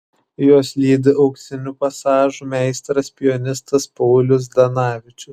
juos lydi auksinių pasažų meistras pianistas paulius zdanavičius